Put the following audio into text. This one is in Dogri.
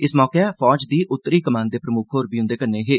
इस मौके फौज दी उत्तरी कमान दे प्रम्ख होर बी हंदे कन्नें हे